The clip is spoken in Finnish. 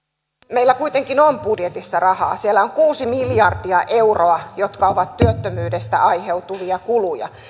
meillä kuitenkin on budjetissa rahaa siellä on kuusi miljardia euroa jotka ovat työttömyydestä aiheutuvia kuluja